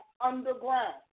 underground